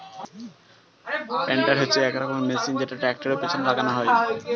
planter হচ্ছে এক রকমের মেশিন যেটা ট্র্যাক্টরের পেছনে লাগানো হয়